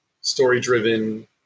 story-driven